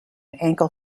ankle